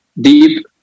deep